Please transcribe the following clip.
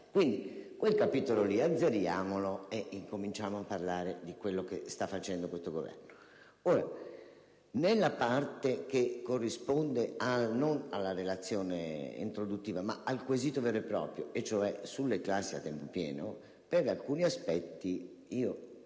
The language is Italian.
quel capitolo e incominciamo a parlare di quello che sta facendo questo Governo. Per la parte che corrisponde non alla relazione introduttiva, ma al quesito vero e proprio, relativo alle classi a tempo pieno, per alcuni aspetti potrei